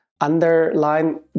underline